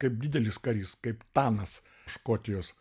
kaip didelis karys kaip tanas škotijos